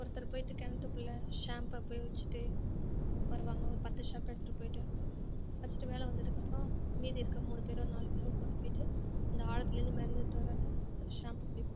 ஒருத்தர் போயிட்டு கிணத்துக்குள்ள ஷாம்ப்பை போய் வச்சுட்டு வருவாங்க ஒரு பத்து ஷாம்ப்பு எடுத்துகிட்டு போயிட்டு வச்சுட்டு மேலே வந்ததுக்கு அப்புறம் மீதி இருக்க மூணு பேரோ நாலு பேரோ கொண்டு போயிட்டு அந்த ஆழத்துலேயிருந்து மிதந்துகிட்டு வரதை ஷாம்பு பிடிப்போம்